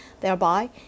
Thereby